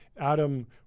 Adam